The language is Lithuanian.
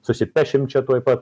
susipešim čia tuoj pat